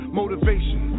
motivation